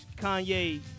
Kanye